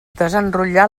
desenrotllar